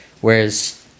whereas